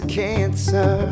cancer